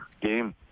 game